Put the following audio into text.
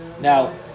Now